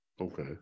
Okay